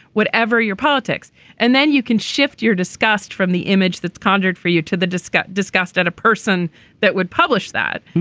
whatever your politics and then you can shift your disgust from the image that's condemned for you to the disgust disgust at a person that would publish that.